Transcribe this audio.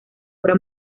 obra